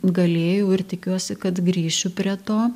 galėjau ir tikiuosi kad grįšiu prie to